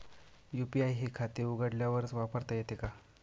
UPI हे खाते उघडल्यावरच वापरता येते का?